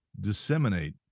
disseminate